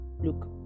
look